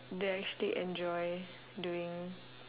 they actually enjoy doing